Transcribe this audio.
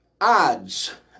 odds